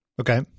Okay